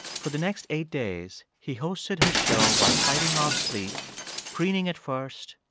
for the next eight days, he hosted his show while fighting off sleep preening at first,